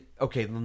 Okay